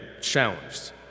challenged